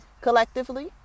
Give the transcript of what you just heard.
collectively